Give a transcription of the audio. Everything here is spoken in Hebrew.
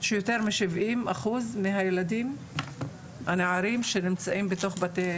שיותר משבעים אחוז מהנערים שנמצאים בתוך בתי